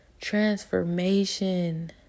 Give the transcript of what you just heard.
transformation